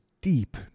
deep